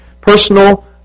Personal